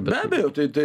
be abejo tai tai